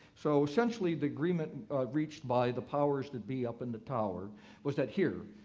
so essentially, the agreement reached by the powers that be up in the tower was that here,